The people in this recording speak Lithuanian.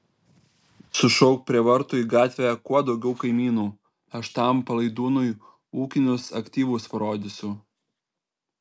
sušauk prie vartų į gatvę kuo daugiau kaimynų aš tam palaidūnui ūkinius aktyvus parodysiu